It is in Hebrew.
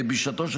בשעתה,